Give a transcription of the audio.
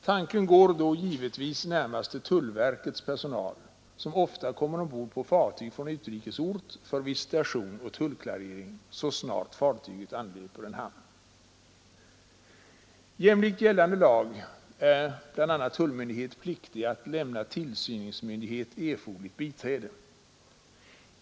Tanken går då givetvis närmast till tullverkets personal, som kommer ombord på fartyg från utrikes ort för visitation och tullklarering så snart fartyget anlöper en hamn. Jämlikt gällande lag är bl.a. tullmyndighet pliktig att lämna tillsynsmyndighet erforderligt biträde.